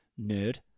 nerd